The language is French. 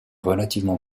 relativement